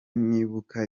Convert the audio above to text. nibuka